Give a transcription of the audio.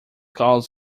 calls